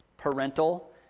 parental